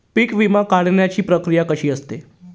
पीक विमा काढण्याची प्रक्रिया कशी असते?